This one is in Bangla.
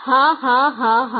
হা হা হা হা